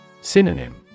Synonym